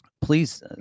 please